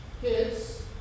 kids